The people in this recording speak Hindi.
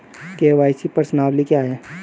के.वाई.सी प्रश्नावली क्या है?